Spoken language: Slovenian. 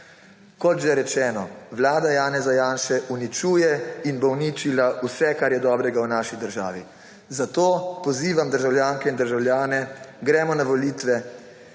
Kot že rečeno, Vlada Janeza Janše uničuje in bo uničila vse, kar je dobrega v naši državi. Zato pozivam državljanke in državljane, gremo na volitve,